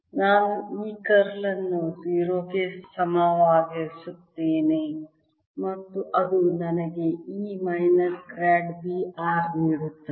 ನಾನು E curl ಅನ್ನು 0 ಗೆ ಸಮವಾಗಿಸುತ್ತೇನೆ ಮತ್ತು ಅದು ನನಗೆ E minus grad V r ನೀಡುತ್ತದೆ